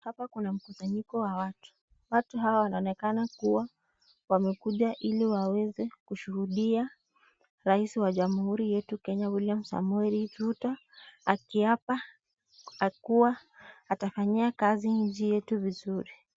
Hapa kuna mkusanyiko wa watu watu hawa wanaonekana kuwa wamekuja ili waweze kushuhudia rais wa jamhuri yetu kenya William Samoei Ruto akiapa kuwa atafanyia kazi nchi yetu vizuri .